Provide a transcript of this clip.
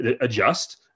adjust